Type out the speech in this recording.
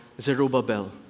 Zerubbabel